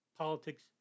politics